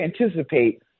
anticipate